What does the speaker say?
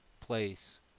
place